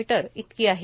मी इतकी आहे